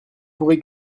pourrez